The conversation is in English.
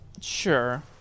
Sure